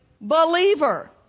believer